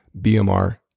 BMR